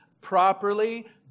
properly